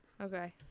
Okay